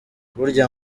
burya